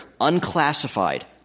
unclassified